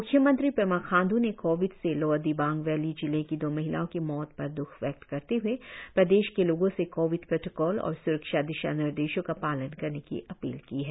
मुख्यमंत्री पेमा खांड् ने कोविड से लोअर दिबांग वैली जिले की दो महिलाओं की मौत पर द्रख व्यक्त करते हुए प्रदेश के लोगों से कोविड प्रोटोकॉल और सुरक्षा दिशानिर्देशों का पाळन करने की अपील की है